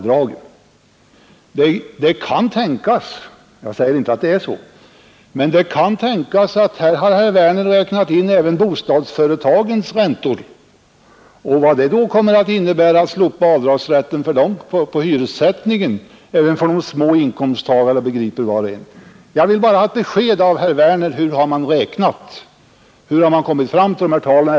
Det kan tänkas — jag säger inte att det är så — att herr Werner här räknat in även bostadsföretagens räntor. Vad det kommer att innebära för hyressättningen och för de små inkomsttagarna om man slopar den avdragsrätten begriper var och en. Jag vill bara ha ett besked av herr Werner om hur han har räknat.